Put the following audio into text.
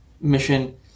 mission